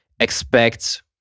expect